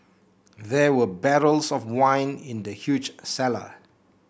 there were barrels of wine in the huge cellar